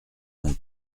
mon